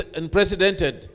unprecedented